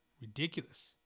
ridiculous